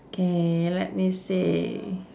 okay let me see